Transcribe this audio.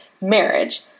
marriage